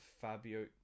Fabio